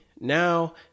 Now